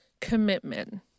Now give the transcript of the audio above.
commitment